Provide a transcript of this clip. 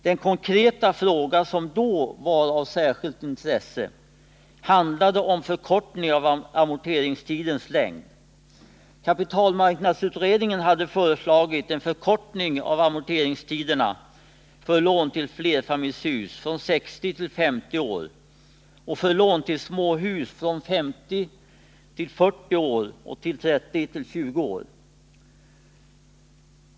Den konkreta fråga som då var av särskilt intresse handlade om en förkortning av amorteringstidernas längd. Kapitalmarknadsutredningen hade föreslagit en förkortning av amorteringstiderna för lån till flerfamiljshus från 60 till 50 år, för lån till småhus från 50 till 40 år samt för lån avseende ombyggnad eller reparation från 30-40 år till vad som kan anses rimligt med hänsyn till åtgärdens varaktighet.